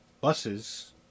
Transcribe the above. buses